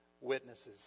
witnesses